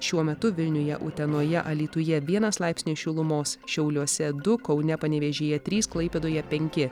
šiuo metu vilniuje utenoje alytuje vienas laipsnis šilumos šiauliuose du kaune panevėžyje trys klaipėdoje penki